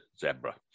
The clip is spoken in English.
Zebra